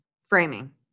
framing